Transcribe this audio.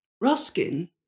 Ruskin